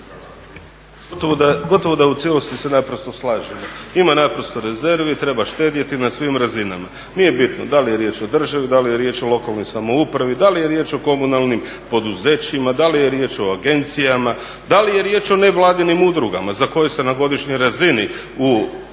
Gotovo da se u cijelosti naprosto slažemo. Ima rezervi, treba štedjeti na svim razinama. Nije bitno da li je riječ o državi, da li je riječ o lokalnoj samoupravi, da li je riječ o komunalnim poduzećima, dali je riječ o agencijama, da li je riječ o nevladinim udrugama za koje se na godišnjoj razini u